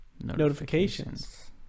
notifications